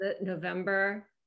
November